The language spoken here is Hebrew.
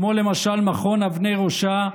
כמו למשל מכון אבני ראשה,